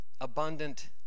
abundant